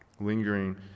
lingering